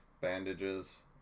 bandages